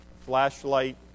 Flashlight